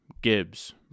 Gibbs